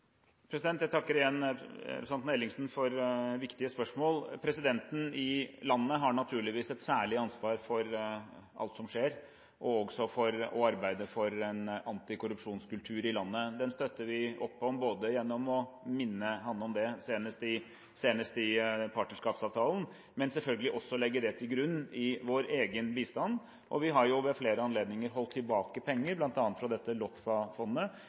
Jeg takker igjen representanten Ellingsen for viktige spørsmål. Presidenten i landet har naturligvis et særlig ansvar for alt som skjer, også for å arbeide for en antikorrupsjonskultur i landet. Den støtter vi opp om gjennom å minne han om det, senest i partnerskapsavtalen, men selvfølgelig også å legge det til grunn i vår egen bistand. Vi har ved flere anledninger holdt tilbake penger, bl.a. fra